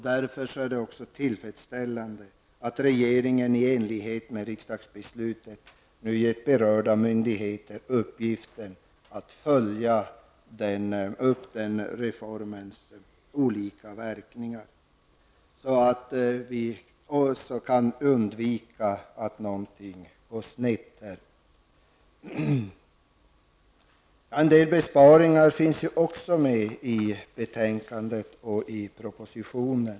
Därför är det också tillfredsställande att regeringen, i enlighet med riksdagsbeslutet, nu gett berörda myndigheter i uppgift att följa upp reformens olika verkningar så att vi också undviker att någonting går snett här. En del besparingar finns också med i betänkandet och i propositionen.